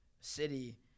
City